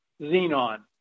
xenon